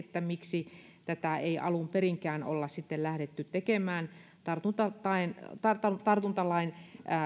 miksi tätä ei alun perinkään olla lähdetty tekemään tartuntatautilain